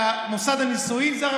מוסד הנישואים, זה כותרת.